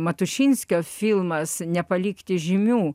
matušinskio filmas nepalikti žymių